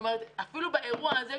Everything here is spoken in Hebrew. זאת אומרת אפילו באירוע הזה,